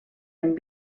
amb